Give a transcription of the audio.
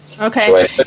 Okay